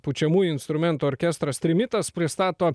pučiamųjų instrumentų orkestras trimitas pristato